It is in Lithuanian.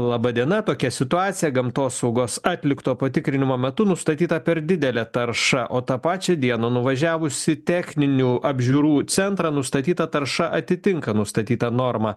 laba diena tokia situacija gamtosaugos atlikto patikrinimo metu nustatyta per didelė tarša o tą pačią dieną nuvažiavus į techninių apžiūrų centrą nustatyta tarša atitinka nustatytą normą